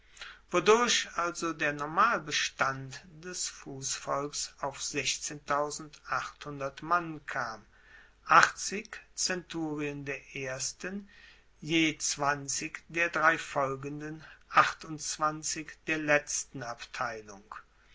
wodurch also der normalbestand des fussvolks auf mann kam zenturien der ersten je zwanzig der drei folgenden der letzten abteilung